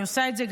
אני עושה את זה.